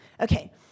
Okay